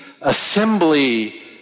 assembly